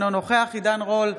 אינו נוכח עידן רול,